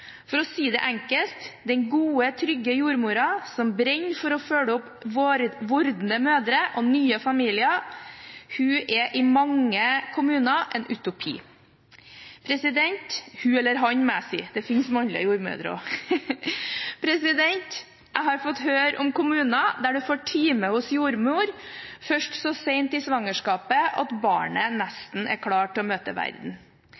For å si det enkelt: Den gode, trygge jordmoren som brenner for å følge opp vordende mødre og nye familier, hun eller han må jeg si, for det finnes mannlige jordmødre også, er i mange kommuner en utopi. Jeg har fått høre om kommuner der du får time hos jordmor først så sent i svangerskapet at barnet nesten er klar til å møte verden.